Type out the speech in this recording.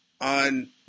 on